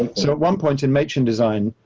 so at one point in machin design,